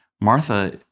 Martha